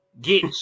Get